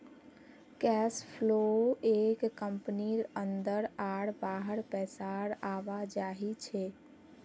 cash flow एक कंपनीर अंदर आर बाहर पैसार आवाजाही छे